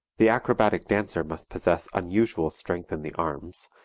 the acrobatic dancer must possess unusual strength in the arms,